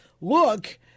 look